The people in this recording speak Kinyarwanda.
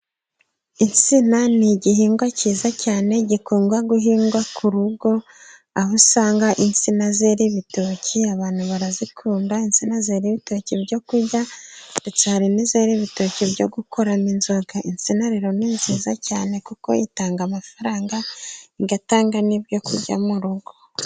Insina ni igihingwa cyiza cyane gikundwa guhingwa ku rugo, aho usanga insina zera ibitoki. Abantu barazikunda insina zera ibitoki byo kurya, ndetse hari n'izera ibitoki byo gukorana inzoga. Insina ni nziza cyane kuko itanga amafaranga, igatanga n'ibyo kurya mu rugo.